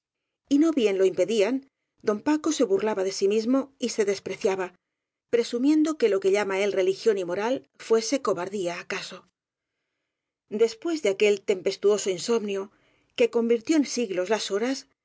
impedirlo y no bien lo impedían don paco se burlaba de sí mis mo y se despreciaba presumiendo que lo que lla ma él religión y moral fuese cobardía acaso después de aquel tempestuoso insomnio que convirtió en siglos las horas